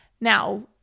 Now